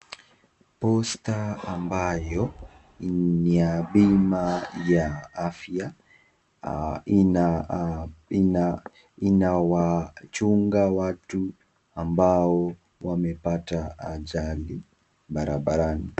Posta ambayo ni ya bima ya afya inawachunga watu ambao wamepata ajali barabarani.